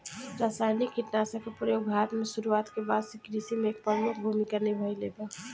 रासायनिक कीटनाशक के प्रयोग भारत में शुरुआत के बाद से कृषि में एक प्रमुख भूमिका निभाइले बा